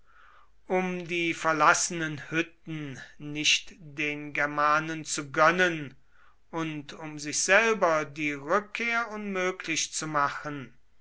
um die verlassenen hütten nicht den germanen zu gönnen und um sich selber die rückkehr unmöglich zu machen